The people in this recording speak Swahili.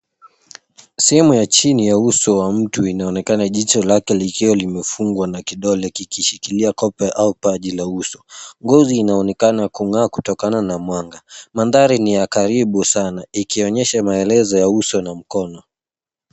Sehemu ya chini ya uso wa mtu inaonekana jicho lake likiwa limefungwa na kidole kikishikilia kope au paji la uso. Ngozi inaonekana kung'aa kutokana na mwanga . Mandhari ni ya karibu sana ikionyesha maelezo ya uso na mkono.